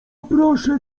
proszę